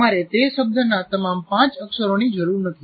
તમારે તે શબ્દના તમામ પાંચ અક્ષરોની જરૂર નથી